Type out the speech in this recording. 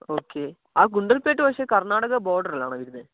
okay ആ ഗുണ്ടൽപേട്ട് പക്ഷെ കർണാടക ബോർഡറിലാണോ വരുന്നത്